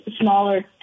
smaller